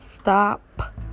stop